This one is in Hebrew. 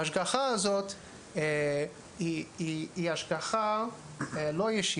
ההשגחה של הרופא היא לא השגחה ישירה,